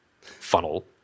funnel